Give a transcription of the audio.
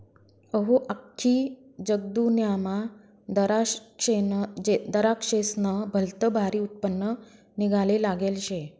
अहो, आख्खी जगदुन्यामा दराक्शेस्नं भलतं भारी उत्पन्न निंघाले लागेल शे